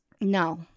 No